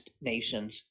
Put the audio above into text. nations